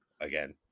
Again